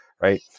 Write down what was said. Right